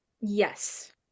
Yes